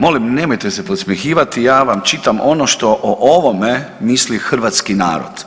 Molim, nemojte se podsmjehivati, ja vam čitam ono što o ovome misli hrvatski narod.